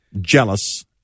jealous